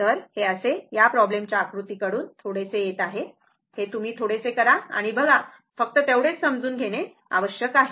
तर हे असे या प्रॉब्लेमच्या आकृतीकडे थोडेसे येत आहे हे तुम्ही थोडेसे करा आणि बघा फक्त तेवढेच समजून घेणे आवश्यक आहे